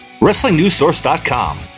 WrestlingNewsSource.com